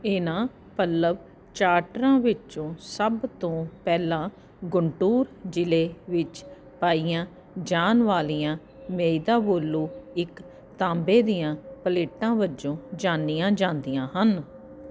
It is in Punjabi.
ਇਹਨਾਂ ਪੱਲਵ ਚਾਰਟਰਾਂ ਵਿੱਚੋਂ ਸਭ ਤੋਂ ਪਹਿਲਾਂ ਗੁੰਟੂਰ ਜਿਲ੍ਹੇ ਵਿੱਚ ਪਾਈਆਂ ਜਾਨ ਵਾਲੀਆਂ ਮਈਦਾਵੋਲੂ ਇੱਕ ਤਾਂਬੇ ਦੀਆਂ ਪਲੇਟਾਂ ਵਜੋਂ ਜਾਨੀਆਂ ਜਾਂਦੀਆਂ ਹਨ